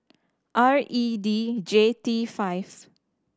R E D J T five